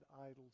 idols